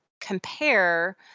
compare